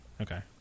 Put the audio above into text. Okay